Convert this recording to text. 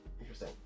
Interesting